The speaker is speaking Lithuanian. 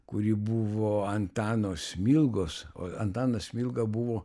kuri buvo antano smilgos o antanas smilga buvo